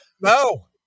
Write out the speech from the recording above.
No